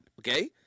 okay